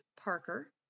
Parker